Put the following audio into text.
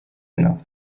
enough